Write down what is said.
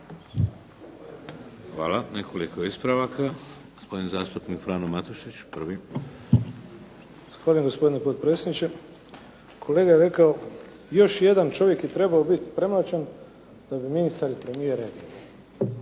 Hvala. Nekoliko ispravaka. Gospodin zastupnik Frano Matušić prvi. **Matušić, Frano (HDZ)** Zahvaljujem gospodine potpredsjedniče. Kolega je rekao još jedan čovjek je trebao biti premlaćen da bi ministar i premijer reagirali.